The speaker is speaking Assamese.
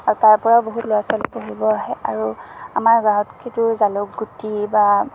আৰু তাৰপৰাও বহুত ল'ৰা ছোৱালী পঢ়িব আহে আৰু আমাৰ গাঁৱত কিন্তু জালুকগুটি বা